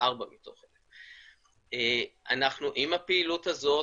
לארבעה מתוך 1,000. עם הפעילות הזאת,